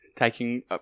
taking